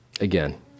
Again